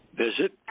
Visit